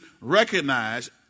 recognize